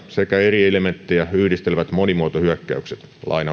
sekä eri elementtejä yhdistelevät monimuotohyökkäykset